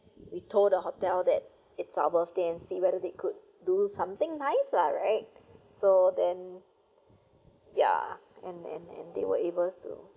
we told the hotel that it's our birthday and see whether they could do something nice lah right so then yeah and and and they were able to